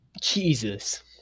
Jesus